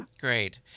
great